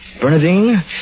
Bernadine